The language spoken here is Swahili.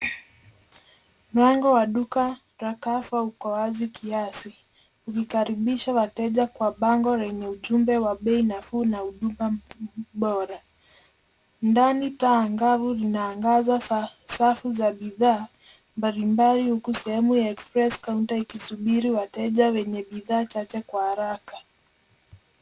Mlango wa duka la Carrefour uko wazi kiasi ukikaribisha wateja kwa bango lenye ujumbe wa bei nafuu na huduma bora. Ndani taa angavu linaangaza safu za bidhaa mbalimbali huku sehemu ya express counter ikisubiri wateja wenye bidhaa chache kwa haraka.